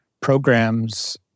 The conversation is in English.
programs